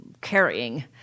carrying